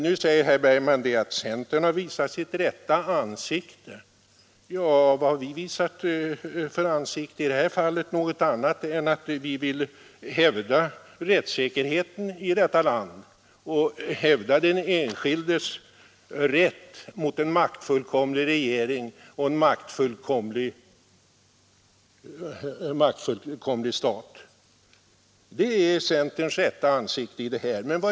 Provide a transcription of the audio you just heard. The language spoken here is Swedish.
Herr Bergman säger här att centern har visat sitt rätta ansikte. Vi har inte velat visa något annat än att vi vill hävda rättssäkerheten i detta land och den enskildes rätt mot en maktfullkomlig regering och en maktfullkomlig stat. Det är centerns rätta ansikte i detta sammanhang.